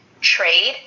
trade